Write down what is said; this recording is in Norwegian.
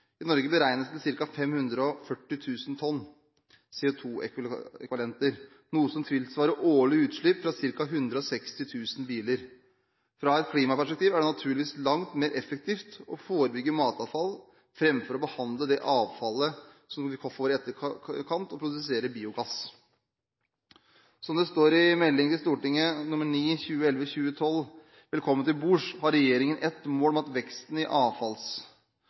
i Norge, beregnes til ca. 540 000 tonn CO2-ekvivalenter, noe som tilsvarer et årlig utslipp fra ca. 160 000 biler. Fra et klimaperspektiv er det naturligvis langt mer effektivt å forebygge matavfall framfor å behandle det avfallet vi får i etterkant, og produsere biogass. Som det står i Meld. St. 9 for 2011–2012 Velkommen til bords, har regjeringen et mål om at veksten i